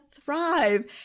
thrive